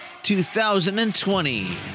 2020